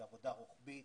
בעבודה רוחבית.